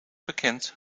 bekend